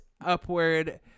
upward